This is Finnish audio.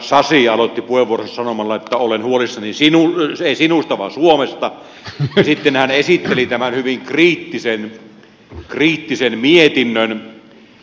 puheenjohtaja sasi aloitti puheenvuoronsa sanomalla että olen huolissani sinusta ei sinusta vaan suomesta ja sitten hän esitteli tämän hyvin kriittisen mietinnön